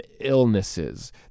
illnesses